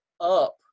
up